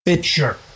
Sure